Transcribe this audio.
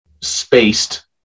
spaced